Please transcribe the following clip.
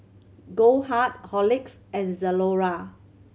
Goldheart Horlicks and Zalora